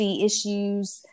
issues